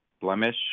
blemish